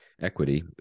equity